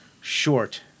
short